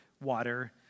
water